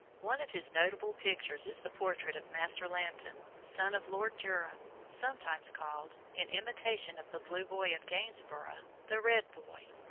one of his notable pictures is the portrait of master lambton, son of lord durham, sometimes called, in imitation of the blue boy of gainsborough, the red boy.